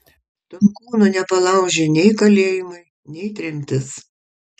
tonkūno nepalaužė nei kalėjimai nei tremtis